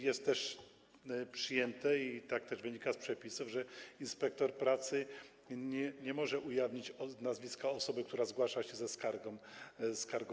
Jest też przyjęte i tak też wynika z przepisów, że inspektor pracy nie może ujawnić nazwiska osoby, która zgłasza się do niego ze skargą.